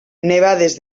nevades